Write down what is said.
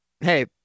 hey